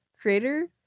Creator